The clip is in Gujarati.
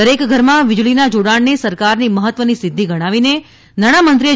દરેક ધરમાં વિજળીના જોડાણને સરકારની મહત્વની સિદ્ધિ ગણાવીને નાણાંમંત્રીએ